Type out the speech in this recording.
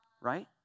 right